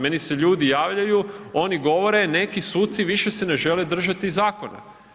Meni se ljudi javljaju, oni govore, neki suci više se ne žele držati zakona.